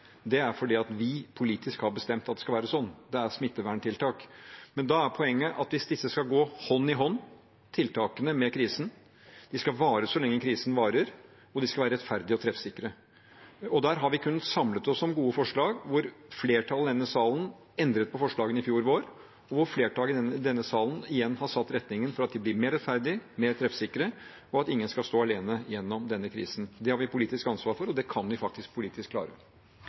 er det fordi vi politisk har bestemt at det skal være sånn. Det er et smitteverntiltak. Da er poenget at disse skal gå hånd i hånd – tiltakene med krisen – de skal vare så lenge krisen varer, og de skal være rettferdige og treffsikre. Der har vi kunnet samle oss om gode forslag, hvor flertallet i denne salen endret på forslagene i fjor vår, og hvor flertallet i denne salen igjen har satt retningen for at de blir mer rettferdige, mer treffsikre, og at ingen skal stå alene gjennom denne krisen. Det har vi et politisk ansvar for, og det kan vi faktisk klare politisk.